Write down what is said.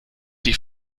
die